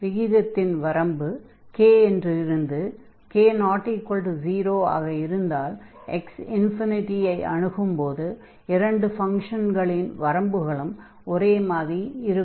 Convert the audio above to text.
விகிதத்தின் வரம்பு k என்று இருந்து k≠0 ஆக இருந்தால் x ∞ ஐ அணுகும் போது இரண்டு ஃபங்ஷன்களின் வரம்புகளும் ஒரே மாதிரி இருக்கும்